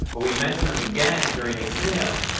we mentioned them again during the keynote.